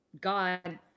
God